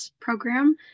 program